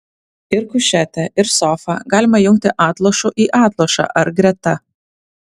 ir kušetę ir sofą galima jungti atlošu į atlošą ar greta